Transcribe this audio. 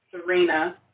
Serena